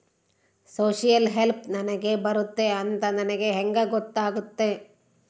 Social help ನನಗೆ ಬರುತ್ತೆ ಅಂತ ನನಗೆ ಹೆಂಗ ಗೊತ್ತಾಗುತ್ತೆ?